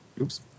Oops